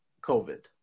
COVID